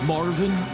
Marvin